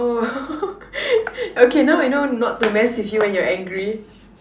oh okay now I know not to mess with you when you're angry